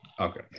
Okay